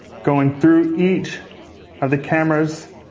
going through each of the cameras,